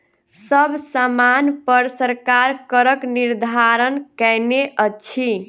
सब सामानपर सरकार करक निर्धारण कयने अछि